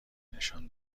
نشان